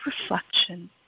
reflection